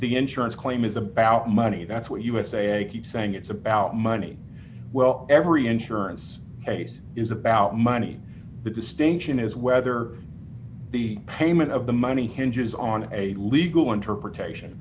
the insurance claim is about money that's what us a key thing it's about money well every insurance case is about money the distinction is whether the payment of the money hinges on a legal interpretation